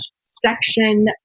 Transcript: section